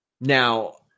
Now